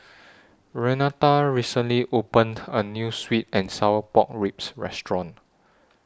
Renata recently opened A New Sweet and Sour Pork Ribs Restaurant